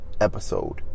episode